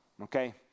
okay